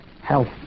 health